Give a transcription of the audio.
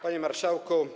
Panie Marszałku!